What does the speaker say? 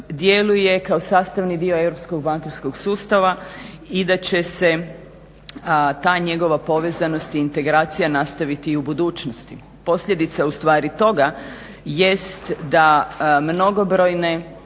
djeluje kao sastavni dio europskog bankarskog sustava i da će se ta njegova povezanost i integracija nastaviti i u budućnosti. Posljedica ustvari toga jest da mnogobrojne